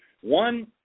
one